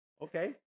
Okay